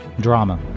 drama